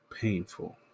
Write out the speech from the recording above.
painful